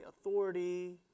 authority